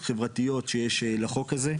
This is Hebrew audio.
חברתיות שיש לחוק הזה,